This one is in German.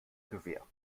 gewähr